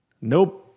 Nope